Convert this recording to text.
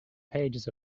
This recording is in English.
pages